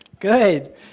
Good